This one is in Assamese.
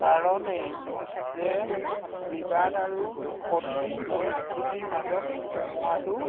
কাৰণেই যে বিবাদ আৰু কথিন পৰিস্থিতিৰ মাজত সোমোৱাটো